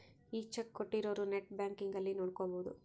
ಈ ಚೆಕ್ ಕೋಟ್ಟಿರೊರು net banking ಅಲ್ಲಿ ನೋಡ್ಕೊಬೊದು